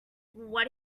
what